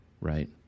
Right